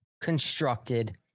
constructed